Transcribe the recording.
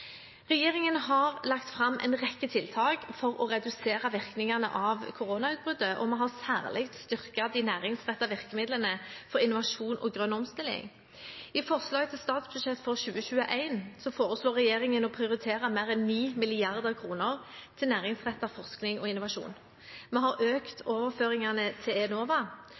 Regjeringen har lagt fram en rekke tiltak for å redusere virkningene av koronautbruddet, og vi har særlig styrket de næringsrettede virkemidlene på innovasjon og grønn omstilling. I forslaget til statsbudsjett for 2021 foreslår regjeringen å prioritere mer enn 9 mrd. kr til næringsrettet forskning og innovasjon. Vi har økt overføringene til Enova.